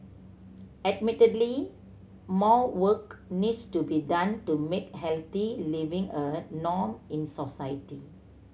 admittedly more work needs to be done to make healthy living a norm in society